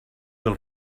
del